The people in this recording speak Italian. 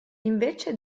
invece